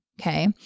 Okay